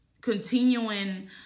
continuing